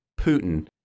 Putin